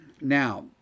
now